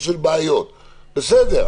בסדר,